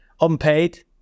unpaid